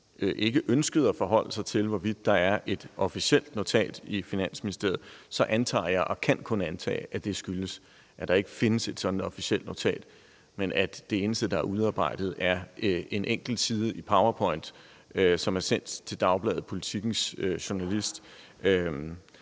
ikke ønskede at forholde sig til, hvorvidt der er et officielt notat i Finansministeriet, så antager jeg og kan kun antage, at det skyldes, at der ikke findes et sådant officielt notat, men at det eneste, der er udarbejdet, er en enkelt powerpointside, som er sendt til dagbladet Politikens journalist.